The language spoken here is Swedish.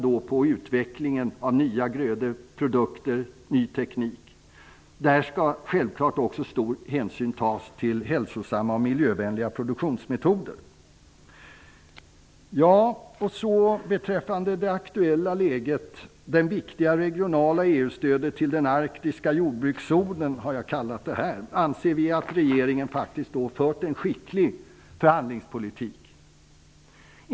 Där måste också självfallet stor hänsyn tas till hälsosamma och miljövänliga produktionsmetoder. Det viktiga regionala EU-stödet till den arktiska jordbrukszonen har jag kallat nästa område som jag tänkte nämna. Där anser vi att regeringen fört en skicklig förhandlingspolitik.